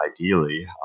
ideally